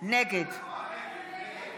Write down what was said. נגד אוריאל